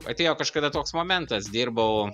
atėjo kažkada toks momentas dirbau